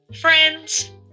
Friends